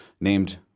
named